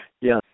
Yes